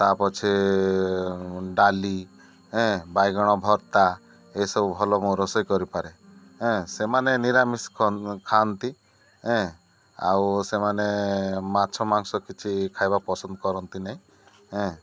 ତା ପଛେ ଡାଲି ଏଁ ବାଇଗଣ ଭର୍ତ୍ତା ଏସବୁ ଭଲ ମୁଁ ରୋଷେଇ କରିପାରେ ଏଁ ସେମାନେ ନିରାମିଷ ଖାଆନ୍ତି ଏଁ ଆଉ ସେମାନେ ମାଛ ମାଂସ କିଛି ଖାଇବା ପସନ୍ଦ କରନ୍ତି ନାହିଁଁ ଏଁ